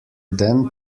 then